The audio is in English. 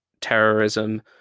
terrorism